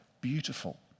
beautiful